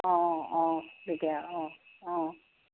অঁ অঁ তেতিয়া অঁ অঁ